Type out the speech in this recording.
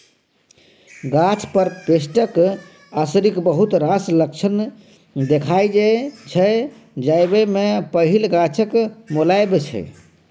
गाछ पर पेस्टक असरिक बहुत रास लक्षण देखाइ छै जाहि मे पहिल गाछक मौलाएब छै